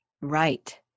Right